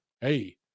hey